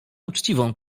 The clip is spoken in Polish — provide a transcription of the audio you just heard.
uczciwą